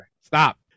Stop